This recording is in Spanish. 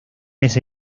ese